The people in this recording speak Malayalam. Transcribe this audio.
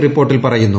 റിപ്പോർട്ടിൽ പറയുന്നു